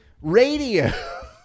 radio